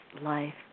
life